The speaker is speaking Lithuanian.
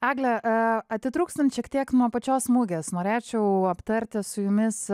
egle atitrūkstant šiek tiek nuo pačios mugės norėčiau aptarti su jumis